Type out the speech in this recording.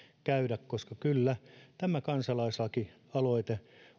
koska kyllä tämä kansalaislakialoite